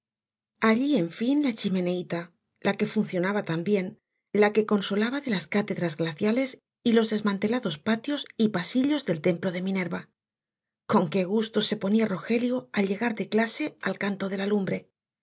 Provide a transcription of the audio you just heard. allí en fin la chimeneíta la que funcionaba tan bien la que consolaba de las cátedras glaciales y los desmantelados patios y pasillos del templo de minerva con qué gusto se ponía rogelio al llegar de clase al canto de la lumbre